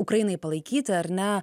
ukrainai palaikyti ar ne